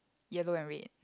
yellow and red